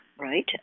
right